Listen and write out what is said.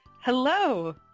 hello